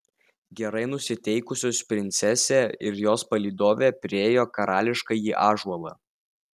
gerai nusiteikusios princesė ir jos palydovė priėjo karališkąjį ąžuolą